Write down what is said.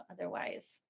otherwise